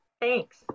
thanks